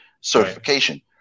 certification